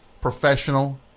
professional